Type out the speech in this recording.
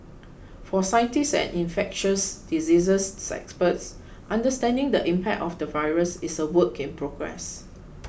for scientists and infectious diseases experts understanding the impact of the virus is a work in progress